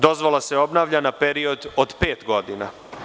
Dozvola se obnavlja na period od pet godina.